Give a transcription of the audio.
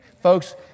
Folks